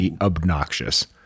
obnoxious